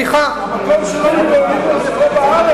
המקום שלנו, זה פה בארץ,